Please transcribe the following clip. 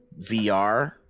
vr